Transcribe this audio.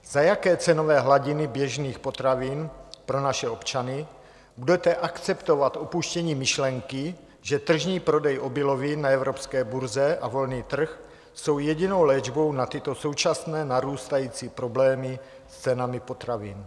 Za jaké cenové hladiny běžných potravin pro naše občany budete akceptovat opuštění myšlenky, že tržní prodej obilovin na evropské burze a volný trh jsou jedinou léčbou na tyto současné narůstající problémy s cenami potravin?